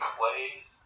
plays